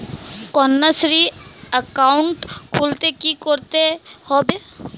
Kanyashree account খুলতে কী করতে হবে?